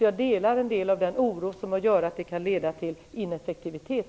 Jag delar en del av den oro som finns för att detta kan leda till ineffektivitet.